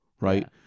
right